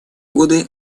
годы